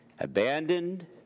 abandoned